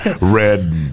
red